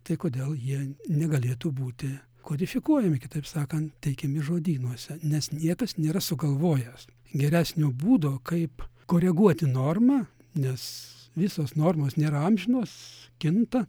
tai kodėl jie negalėtų būti kodifikuojami kitaip sakant teikiami žodynuose nes niekas nėra sugalvojęs geresnio būdo kaip koreguoti normą nes visos normos nėra amžinos kinta